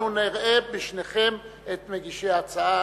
אנחנו נראה בשניכם את מגישי ההצעה,